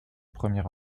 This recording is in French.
premier